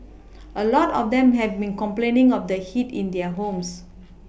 a lot of them have been complaining of the heat in their homes